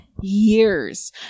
years